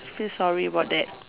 feel sorry about that